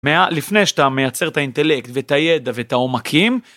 לפני שאתה מייצר את האינטלקט ואת הידע ואת העומקים.